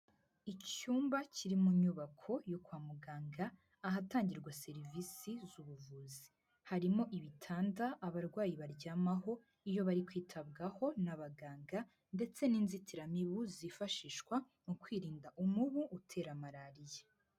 Icyumba kiri mu nyubako yo kwa muganga, ahatangirwa serivisi z'ubuvuzi. Harimo ibitanda abarwayi baryamaho iyo bari kwitabwaho n'abaganga ndetse n'inzitiramibu zifashishwa mu kwirinda umubu utera Malariya.